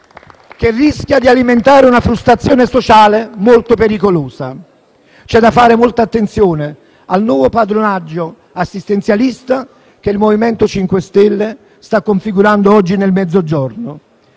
che rischia di alimentare una frustrazione sociale molta pericolosa. *(Applausi dal Gruppo FI-BP)*. C'è da fare molta attenzione al nuovo padrinaggio assistenzialista che il MoVimento 5 Stelle sta configurando oggi nel Mezzogiorno.